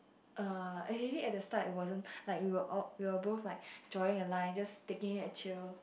uh especially at the start it wasn't like we were all we were both like drawing a line just taking it chill